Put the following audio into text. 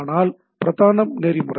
ஆனால் பிரதான நெறிமுறை